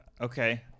Okay